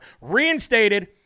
reinstated